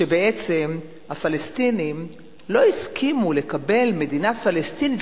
שבעצם הפלסטינים לא הסכימו לקבל מדינה פלסטינית